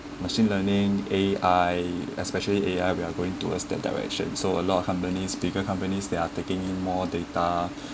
machine learning A_I especially A_I we are going towards that direction so a lot of companies bigger companies they are taking in more data